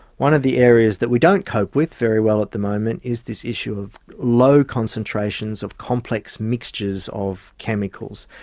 one of the areas that we don't cope with very well at the moment is this issue of low concentrations of complex mixtures of chemicals.